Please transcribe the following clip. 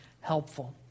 helpful